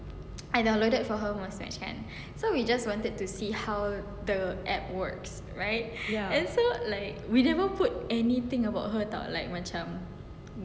I downloaded for her Muzmatch kan can so we just wanted to see how the app works right and so like we never put anything about her [tau] like macam